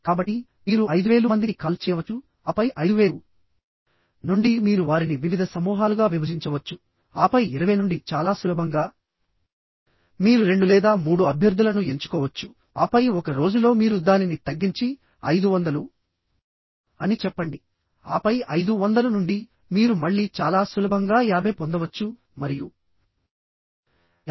కాబట్టి మీరు 5000 మందికి కాల్ చేయవచ్చు ఆపై 5000 నుండి మీరు వారిని వివిధ సమూహాలుగా విభజించవచ్చు ఆపై 20 నుండి చాలా సులభంగా మీరు 2 లేదా 3 అభ్యర్థులను ఎంచుకోవచ్చు ఆపై ఒక రోజులో మీరు దానిని తగ్గించి 500 అని చెప్పండి ఆపై 500 నుండి మీరు మళ్ళీ చాలా సులభంగా 50 పొందవచ్చు మరియు నుండి మీకు కావలసిన ఉత్తమమైన 30 లేదా 25ని ఎంచుకోవచ్చు